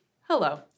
hello